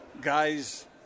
guys